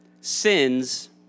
sins